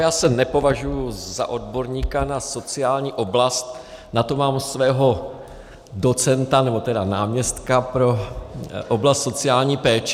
Já se nepovažuji za odborníka na sociální oblast, na to mám svého docenta, nebo tedy náměstka pro oblast sociální péče.